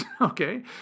okay